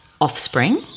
offspring